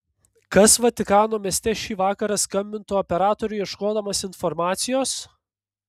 kas vatikano mieste šį vakarą skambintų operatoriui ieškodamas informacijos